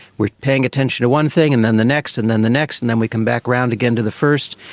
we are paying attention to one thing and then the next and then the next and then we come back around again to the first.